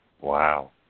Wow